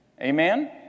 amen